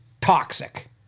toxic